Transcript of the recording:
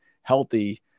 healthy